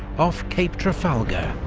off cape trafalgar.